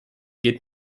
geht